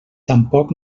tampoc